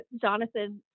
Jonathan